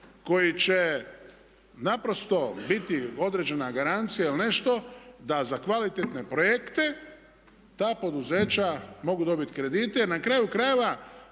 koji će naprosto biti određena garancija ili nešto da za kvalitetne projekte ta poduzeća mogu dobiti kredite.